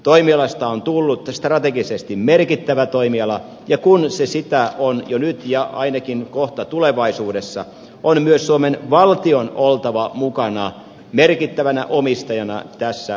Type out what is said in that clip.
toimialasta on tullut strategisesti merkittävä toimiala ja kun se sitä on jo nyt ja ainakin kohta tulevaisuudessa on myös suomen valtion oltava mukana merkittävänä omistajana tällä toimialalla